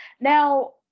now